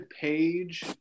page